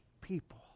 people